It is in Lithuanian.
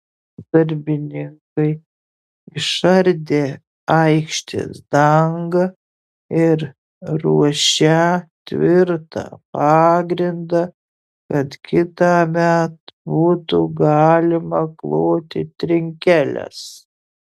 darbininkai išardė aikštės dangą ir ruošią tvirtą pagrindą kad kitąmet būtų galima kloti trinkeles